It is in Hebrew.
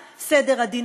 כאילו קשורות לדמוקרטיה,